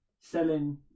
selling